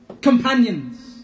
companions